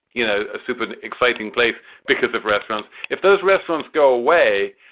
you know, a super exciting place because of restaurants. if those restaurants go away,